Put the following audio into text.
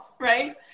Right